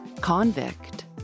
convict